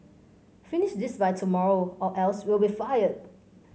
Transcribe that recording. finish this by tomorrow or else you'll be fired